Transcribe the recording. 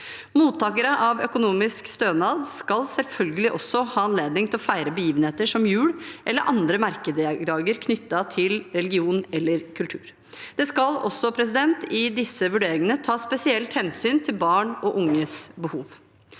Mottakere av økonomisk stønad skal selvfølgelig også ha anledning til å feire begivenheter som jul eller andre merkedager knyttet til religion eller kultur. Det skal i disse vurderingene tas spesielt hensyn til barn og unges behov.